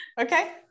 Okay